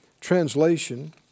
translation